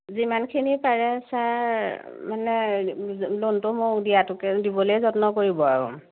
যিমানখিনি পাৰে ছাৰ মানে ল'নটো মোক দিয়াটোকে দিবলৈ যত্ন কৰিব আৰু